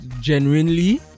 Genuinely